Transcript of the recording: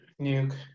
nuke